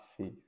faith